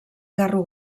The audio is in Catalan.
carro